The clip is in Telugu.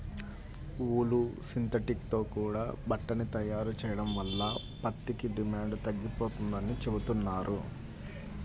ఊలు, సింథటిక్ తో కూడా బట్టని తయారు చెయ్యడం వల్ల పత్తికి డిమాండు తగ్గిపోతందని చెబుతున్నారు